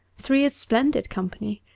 three is splendid company.